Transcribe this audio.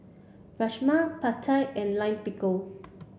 Rajma Pad Thai and Lime Pickle